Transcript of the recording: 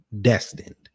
destined